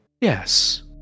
yes